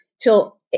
till